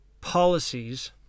policies